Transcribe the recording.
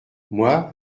moi